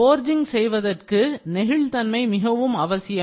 forging செய்வதற்கு நெகிழ்தன்மை மிகவும் அவசியம்